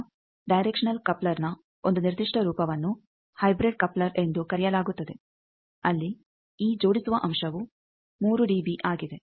ಈಗ ಡೈರೆಕ್ಷನಲ್ ಕಪ್ಲರ್ನ ಒಂದು ನಿರ್ದಿಷ್ಟ ರೂಪವನ್ನು ಹೈಬ್ರಿಡ್ ಕಪ್ಲರ್ ಎಂದು ಕರೆಯಲಾಗುತ್ತದೆ ಅಲ್ಲಿ ಈ ಜೋಡಿಸುವ ಅಂಶವು 3 ಡಿಬಿ ಆಗಿದೆ